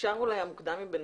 אפשר אולי המוקדם מביניהם?